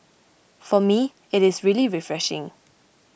for me it is really refreshing